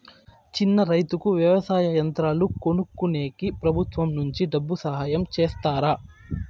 చిన్న రైతుకు వ్యవసాయ యంత్రాలు కొనుక్కునేకి ప్రభుత్వం నుంచి డబ్బు సహాయం చేస్తారా?